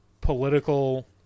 political